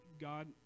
God